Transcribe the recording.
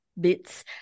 bits